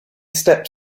stepped